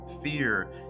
fear